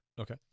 Okay